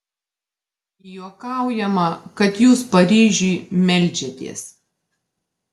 juokaujama kad jūs paryžiui meldžiatės